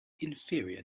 inferior